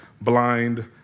blind